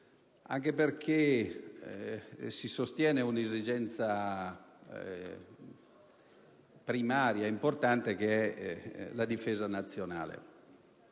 anche perché in esse si sostiene un'esigenza primaria, importante, come la difesa nazionale.